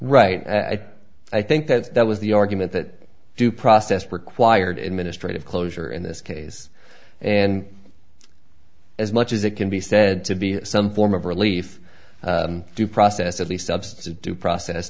right i think that that was the argument that due process required administrate of closure in this case and as much as it can be said to be some form of relief due process at least absence of due process